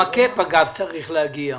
גם ה-cap אגב צריך להגיע.